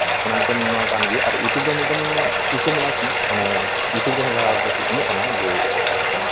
ᱚᱱᱟ ᱢᱤᱫ ᱴᱮᱱ ᱢᱟ ᱠᱟᱱ ᱜᱮ ᱟᱨ ᱤᱭᱩᱴᱩᱵᱽ ᱤᱭᱩᱴᱩᱵᱽ ᱨᱮ ᱢᱤᱫᱴᱮᱱ ᱥᱤᱥᱴᱮᱢ ᱢᱮᱱᱟᱜᱼᱟ ᱪᱮᱫ ᱤᱭᱩᱴᱩᱵᱽ ᱨᱮ ᱡᱟᱦᱟᱸ ᱠᱚ ᱮᱢᱚᱜ ᱠᱟᱱᱟ ᱡᱮ